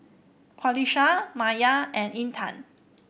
Qalisha Maya and Intan